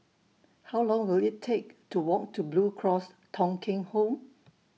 How Long Will IT Take to Walk to Blue Cross Thong Kheng Home